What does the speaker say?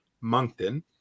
Moncton